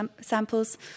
samples